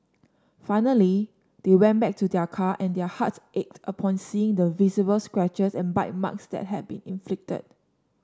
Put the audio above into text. finally they went back to their car and their hearts ached upon seeing the visible scratches and bite marks that had been inflicted